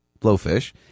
blowfish